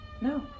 no